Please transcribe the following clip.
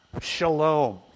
Shalom